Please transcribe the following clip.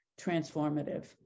transformative